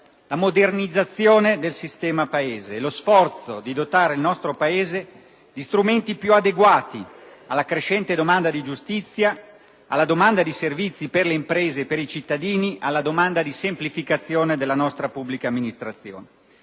la modernizzazione del sistema Paese, lo sforzo di dotare il nostro Paese di strumenti più adeguati alla crescente domanda di giustizia, alla domanda di servizi per le imprese e per i cittadini, alla domanda di semplificazione della nostra pubblica amministrazione.